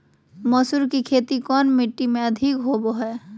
मसूर की खेती कौन मिट्टी में अधीक होबो हाय?